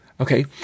Okay